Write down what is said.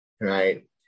Right